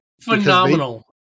Phenomenal